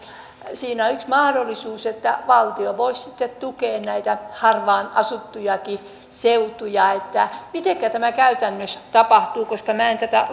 siinä on yksi mahdollisuus että valtio voisi sitten tukea näitä harvaan asuttujakin seutuja mitenkä tämä käytännössä tapahtuu koska minä en tätä